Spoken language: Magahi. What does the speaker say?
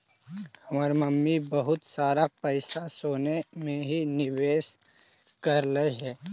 हमर मम्मी बहुत सारा पैसा सोने में ही निवेश करलई हे